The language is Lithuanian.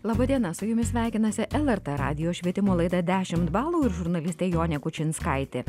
laba diena su jumis sveikinasi lrt radijo švietimo laida dešimt balų ir žurnalistė jonė kučinskaitė